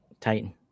Titan